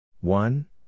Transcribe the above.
One